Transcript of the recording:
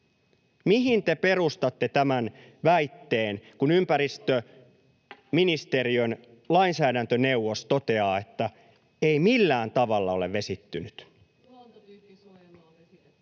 Mihin te perustatte tämän väitteen, kun ympäristöministeriön lainsäädäntöneuvos toteaa, että ei millään tavalla ole vesittynyt?